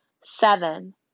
Seven